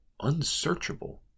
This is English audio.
unsearchable